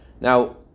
Now